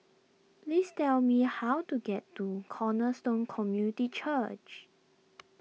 please tell me how to get to Cornerstone Community Church